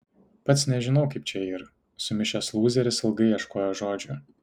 pats nežinau kaip čia yr sumišęs lūzeris ilgai ieškojo žodžių